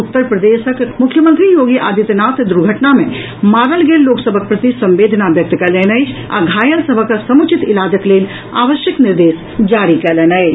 उत्तर प्रदेशक मुख्यमंत्री योगी आदित्यनाथ दुर्घटना मे मारल गेल लोक सभक प्रति संवेदना व्यक्त कयलनि अछि आ घायल सभक समुचित इलाजक लेल आवश्यक निर्देश जारी कयलनि अछि